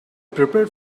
prepared